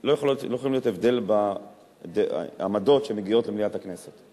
לא יכול להיות הבדל בעמדות שמגיעות למליאת הכנסת.